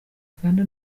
uganda